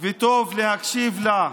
וטוב להקשיב לה.